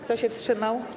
Kto się wstrzymał?